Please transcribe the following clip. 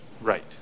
Right